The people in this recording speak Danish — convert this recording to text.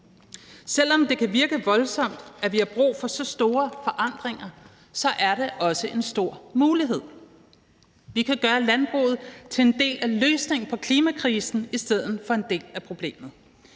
Selv om det kan virke voldsomt, at vi har brug for så store forandringer, så er det også en stor mulighed. Vi kan gøre landbruget til en del af løsningen på klimakrisen i stedet for en del af problemet.